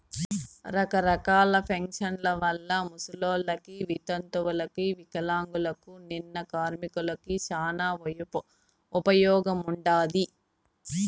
రకరకాల పింఛన్ల వల్ల ముసలోళ్ళకి, వితంతువులకు వికలాంగులకు, నిన్న కార్మికులకి శానా ఉపయోగముండాది